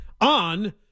on